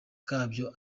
kabyo